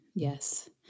Yes